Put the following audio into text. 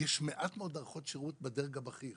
יש מעט מאוד הארכות שירות בדרג הבכיר,